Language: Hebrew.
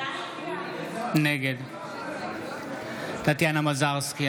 נגד טטיאנה מזרסקי,